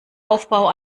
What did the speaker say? aufbau